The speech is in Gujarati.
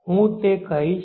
હું તે કહીશ